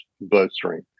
bloodstream